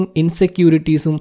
insecurities